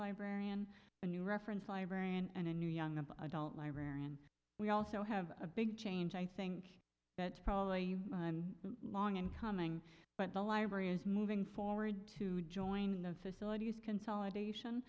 librarian a new reference librarian and a new young adult librarian we also have a big change i think that's probably long in coming but the library is moving forward to joining the facilities consolidation